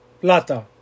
plata